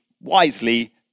wisely